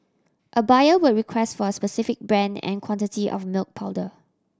a buyer would request for a specific brand and quantity of milk powder